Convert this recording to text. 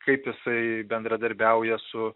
kaip jisai bendradarbiauja su